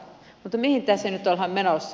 mutta mihin tässä nyt ollaan menossa